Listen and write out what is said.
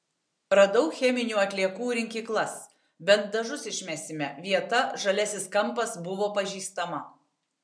radau cheminių atliekų rinkyklas bent dažus išmesime vieta žaliasis kampas buvo pažįstama